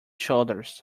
shoulders